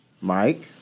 Mike